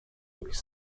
durch